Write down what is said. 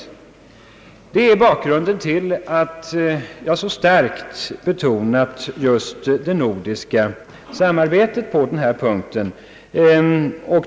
Det är bakgrunden till att jag så starkt betonat det nordiska samarbetet på denna punkt.